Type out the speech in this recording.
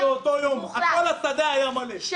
טסנו באותו יום כל השדה היה מלא,